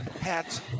hats